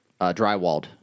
drywalled